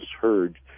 heard